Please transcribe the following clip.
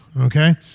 Okay